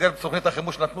במסגרת תוכנית החומש נתנו